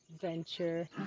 venture